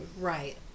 Right